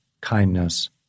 kindness